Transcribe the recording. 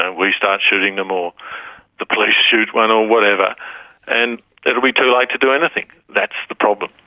and we start shooting them or the police shoot one or whatever and it'll be too late to do anything. that's the problem.